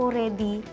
ready